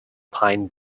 pine